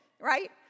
right